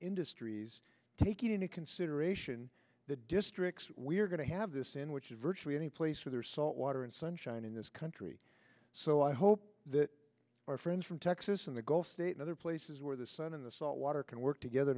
industries taking into consideration the districts we're going to have this in which virtually any place for their salt water and sunshine in this country so i hope that our friends from texas and the gulf states other places where the sun and the salt water can work together